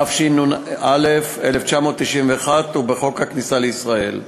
התשנ"א 1991, ובחוק הכניסה לישראל.